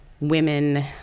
women